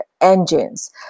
engines